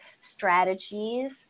strategies